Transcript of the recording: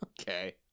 Okay